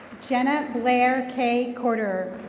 jenna blair kay cordourve.